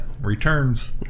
returns